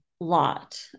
lot